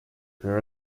you’re